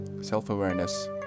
self-awareness